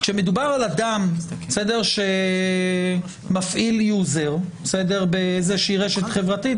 כשמדובר על אדם שמפעיל יוזר באיזושהי רשת חברתית,